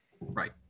Right